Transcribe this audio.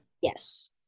Yes